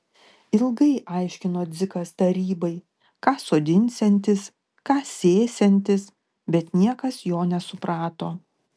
ilgai aiškino dzikas tarybai ką sodinsiantis ką sėsiantis bet niekas jo nesuprato